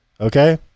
Okay